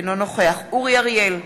אינו נוכח אורי אריאל,